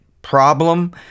problem